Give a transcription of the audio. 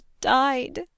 died